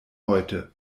heute